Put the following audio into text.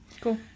Cool